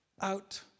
out